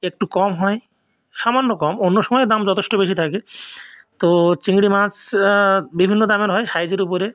একটু কম হয় সামান্য কম অন্য সময়ে দাম যথেষ্ট বেশি থাকে তো চিংড়ি মাছ বিভিন্ন দামের হয় সাইজের উপরে